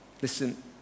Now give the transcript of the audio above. Listen